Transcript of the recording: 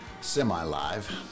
semi-live